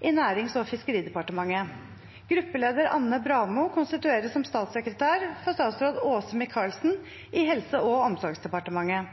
i Nærings- og fiskeridepartementet. Gruppeleder Anne Bramo konstitueres som statssekretær for statsråd Åse Michaelsen i Helse- og omsorgsdepartementet.